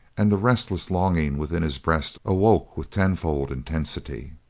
and the restless longing within his breast awoke with tenfold intensity.